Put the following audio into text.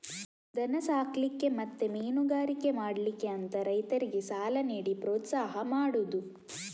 ದನ ಸಾಕ್ಲಿಕ್ಕೆ ಮತ್ತೆ ಮೀನುಗಾರಿಕೆ ಮಾಡ್ಲಿಕ್ಕೆ ಅಂತ ರೈತರಿಗೆ ಸಾಲ ನೀಡಿ ಪ್ರೋತ್ಸಾಹ ಮಾಡುದು